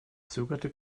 zögerte